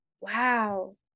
wow